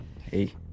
hey